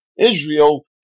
Israel